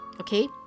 Okay